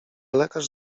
lekarz